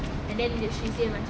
and then she said macam